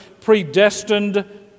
predestined